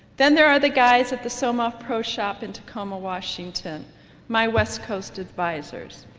then there are the guys at the somoff pro shop in tacoma washington my west coast advisors.